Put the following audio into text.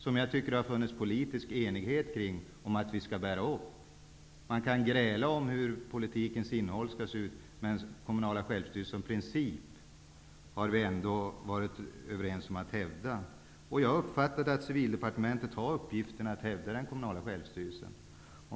Det har funnits politisk enighet om att vi skall bära upp den. Man kan gräla om politikens innehåll, men vi har varit ense om att hävda den kommunala självstyrelsen som princip. Jag har uppfattat att Civildepartementet har haft uppgiften att hävda den kommunala självstyrelsen.